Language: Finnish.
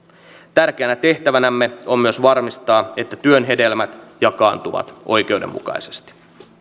tärkeänä tehtävänämme on myös varmistaa että työn hedelmät jakaantuvat oikeudenmukaisesti